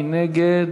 מי נגד?